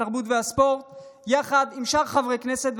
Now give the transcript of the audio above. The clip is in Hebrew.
התרבות והספורט יחד עם שאר חברי הכנסת.